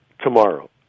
tomorrow